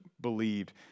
believed